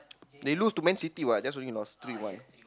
they lose to Man-City what just only lost three one